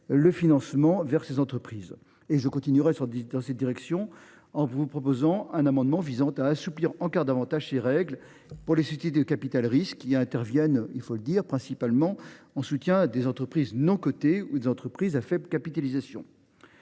les financements vers ces entreprises. Je continuerai dans cette direction, en proposant un amendement visant à assouplir encore davantage ces règles pour les sociétés de capital risque, qui interviennent principalement en soutien des entreprises non cotées ou à faible capitalisation.